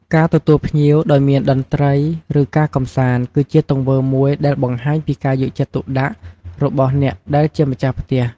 ការទទួលភ្ញៀវដោយមានតន្ត្រី ឬ ការកំសាន្តគឺជាទង្វើមួយដែលបង្ហាញពីការយកចិត្តទុកដាក់របស់អ្នកដែលជាម្ចាស់ផ្ទះ។